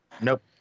Nope